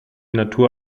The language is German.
natur